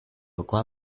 有关